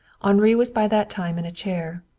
henri was by that time in a chair,